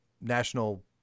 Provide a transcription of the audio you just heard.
National